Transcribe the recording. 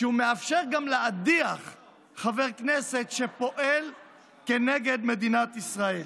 שאפשר גם להדיח חבר כנסת שפועל כנגד מדינת ישראל.